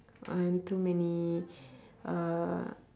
um too many uh